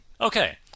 Okay